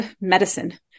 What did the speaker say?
medicine